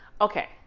okay